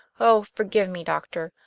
oh, forgive me, doctor,